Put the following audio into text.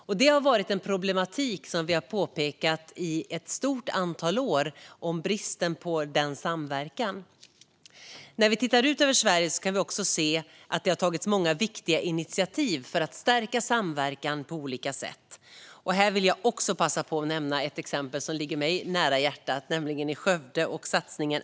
Bristen på samverkan är en problematik som vi har påpekat i ett stort antal år. När vi tittar ut över Sverige kan vi också se att det har tagits många viktiga initiativ för att på olika sätt stärka samverkan. Här vill jag passa på att nämna ett exempel som ligger mig nära om hjärtat, nämligen satsningen Assar i Skövde.